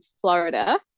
Florida